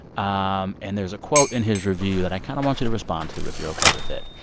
um and there's a quote in his review that i kind of want you to respond to if you're ok with it.